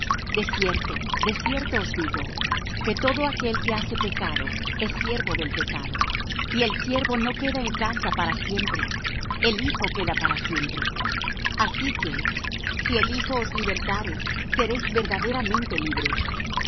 de cierto os digo que todo aquel que hace pecado es siervo de pecado y el siervo no queda en casa para siempre el hijo queda para siempre así que si el hijo os libertare seréis verdaderamente libres